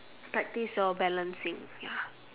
practice your balancing ya